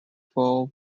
for